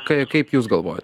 kai kaip jūs galvojat